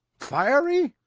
fiery?